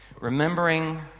remembering